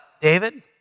David